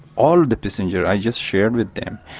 all the passengers, i just shared with them,